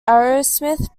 aerosmith